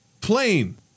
plane